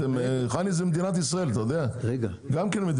חנ"י זה מדינת ישראל, גם כן.